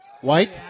White